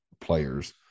players